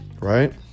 right